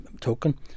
Token